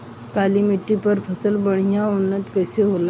काली मिट्टी पर फसल बढ़िया उन्नत कैसे होला?